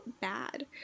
bad